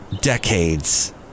Decades